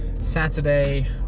saturday